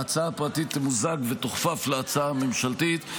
ההצעה הפרטית תמוזג ותוכפף להצעה הממשלתית.